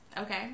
Okay